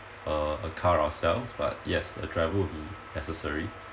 uh a car ourselves but yes a driver would be necessary